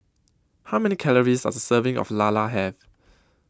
How Many Calories Does A Serving of Lala Have